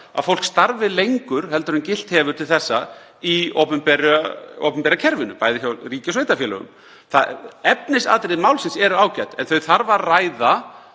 að fólk starfi lengur en gilt hefur til þessa í opinbera kerfinu, bæði hjá ríki og sveitarfélögum. Efnisatriði málsins eru ágæt en þau þarf að ræða